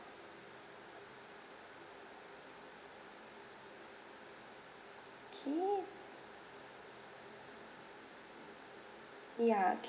okay ya